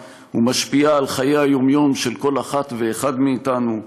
ומשפיעה על חיי היום-יום של כל אחת ואחד מאתנו,